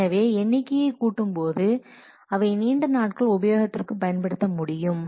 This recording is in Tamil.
எனவே எண்ணிக்கையை கூட்டும்போது அவை நீண்ட நாட்கள் உபயோகத்திற்கு பயன்படுத்த முடியும்